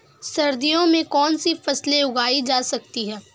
सर्दियों में कौनसी फसलें उगाई जा सकती हैं?